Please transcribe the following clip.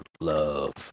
love